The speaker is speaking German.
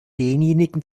denjenigen